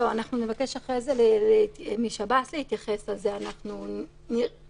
אנחנו נעשה מאמץ להביא לכם סקירה מסודרת שאנחנו עובדים עליה עכשיו.